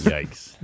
Yikes